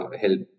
help